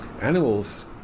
Animals